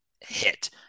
hit